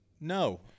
No